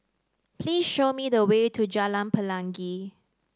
please show me the way to Jalan Pelangi